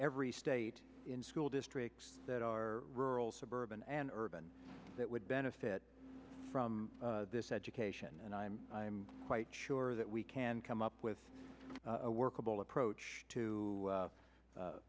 every state in school districts that are rural suburban and urban that would benefit from this education and i'm i'm quite sure that we can come up with a workable approach